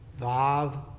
Vav